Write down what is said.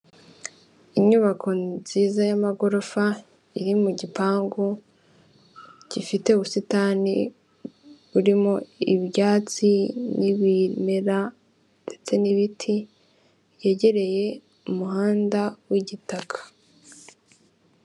Inyubako nziza y'amagorofa iri mu gipangu gifite ubusitani burimo ibyatsi n'ibimera ndetse n'ibiti yegereye umuhanda w'igitaka.